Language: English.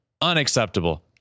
Unacceptable